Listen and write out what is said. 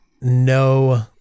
no